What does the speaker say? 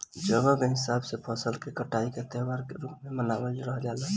जगह के हिसाब से फसल के कटाई के त्यौहार के रूप में मनावल जला